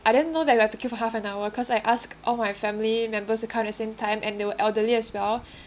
I didn't know that you have to queue for half an hour because I asked all my family members to come at the same time and they were elderly as well